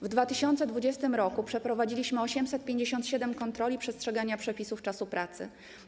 W 2020 r. przeprowadziliśmy 857 kontroli przestrzegania przepisów czasu pracy.